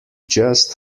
just